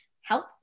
help